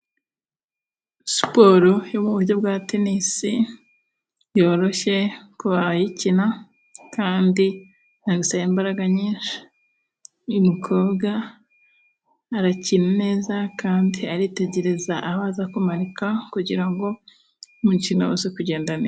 Siporo yo mu buryo bwa tenisi, yoroshye kuyikina kandi ntisaba imbaraga nyinshi. Uyu mukobwa arakina neza kandi aritegereza aho aza kumarika kugira ngo umukino uze kugenda neza.